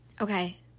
Okay